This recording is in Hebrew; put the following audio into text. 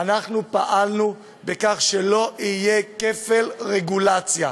אנחנו פעלנו לכך שלא יהיה כפל רגולציה.